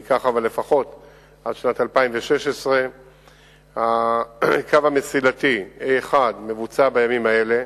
זה ייקח לפחות עד שנת 2016. הקו המסילתי הראשון מבוצע בימים האלה.